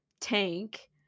tank